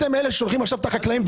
אתם אלה ששולחים עכשיו את החקלאים,